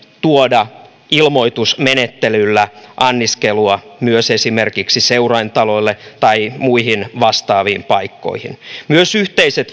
tuoda ilmoitusmenettelyllä anniskelua myös esimerkiksi seuraintaloille tai muihin vastaaviin paikkoihin myös yhteiset